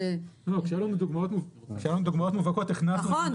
--- כשהיו לנו דוגמאות מובהקות הכנסנו את זה --- נכון,